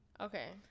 Okay